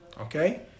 okay